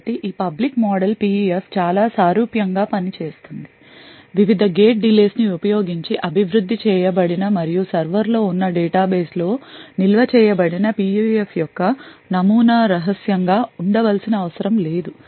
కాబట్టి ఈ public model PUF చాలా సారూప్యం గా పని చేస్తుంది కాబట్టి వివిధ గేట్ delays ని ఉపయోగించి అభివృద్ధి చేయబడిన మరియు సర్వర్లో ఉన్న డేటాబేస్ లో నిల్వ చేయబడిన PUF యొక్క నమూనా రహస్యం గా ఉండ వలసిన అవసరం లేదు